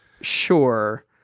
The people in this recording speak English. sure